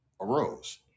arose